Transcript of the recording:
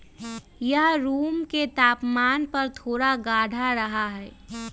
यह रूम के तापमान पर थोड़ा गाढ़ा रहा हई